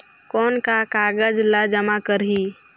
कौन का कागज ला जमा करी?